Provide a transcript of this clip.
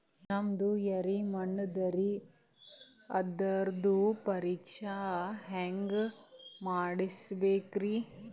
ನಮ್ದು ಎರಿ ಮಣ್ಣದರಿ, ಅದರದು ಪರೀಕ್ಷಾ ಹ್ಯಾಂಗ್ ಮಾಡಿಸ್ಬೇಕ್ರಿ?